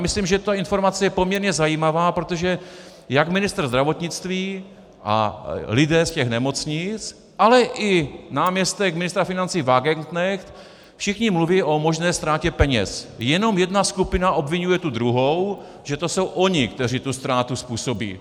A myslím, že ta informace je poměrně zajímavá, protože jak ministr zdravotnictví a lidé z těch nemocnic, ale i náměstek ministra financí Wagenknecht, všichni mluví o možné ztrátě peněz, Jenom jedna skupina obviňuje tu druhou, že to jsou oni, kteří tu ztrátu způsobí.